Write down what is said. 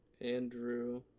Andrew